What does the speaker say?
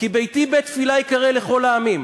"כי ביתי בית תפילה יקַרא לכל העמים",